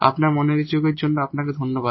আপনার মনোযোগের জন্য আপনাকে ধন্যবাদ